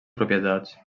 propietats